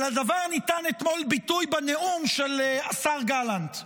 לדבר ניתן אתמול ביטוי בנאום של השר גלנט.